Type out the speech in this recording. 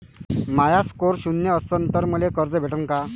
माया score शून्य असन तर मले कर्ज भेटन का?